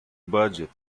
budget